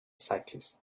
cyclists